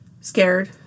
scared